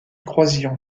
croisillon